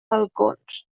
balcons